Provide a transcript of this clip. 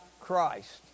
Christ